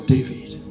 David